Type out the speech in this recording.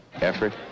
effort